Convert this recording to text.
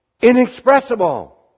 inexpressible